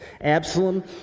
Absalom